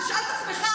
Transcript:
תשאל את עצמך,